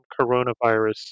coronavirus